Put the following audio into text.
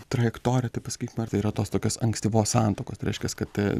trajektorija taip pasakykim ir tai yra tos tokios ankstyvos santuokos reiškias kad